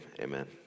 amen